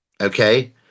okay